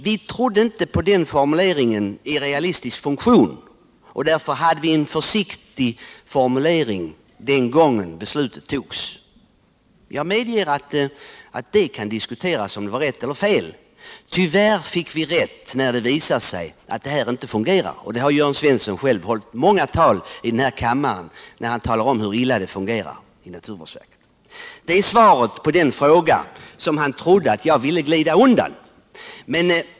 Vi trodde inte på den här formuleringen i realistisk funktion, och därför hade vi en försiktig formulering den gång då beslutet togs. Jag medger att det kan diskuteras om det var rätt eller fel. Tyvärr fick vi rätt, eftersom det visar sig att systemet inte fungerar. Jörn Svensson har själv många gånger talat om här i kammaren hur illa det fungerar i naturvårdsverköt. Detta är svaret på den fråga som Jörn Svensson trodde att jag ville glida undan.